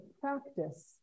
practice